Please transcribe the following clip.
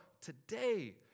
today